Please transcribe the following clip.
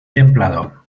templado